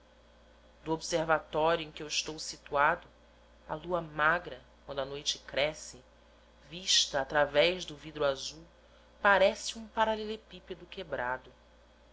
do observatório em que eu estou situado a lua magra quando a noite cresce vista através do vidro azul parece um paralelepípedo quebrado